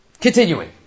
Continuing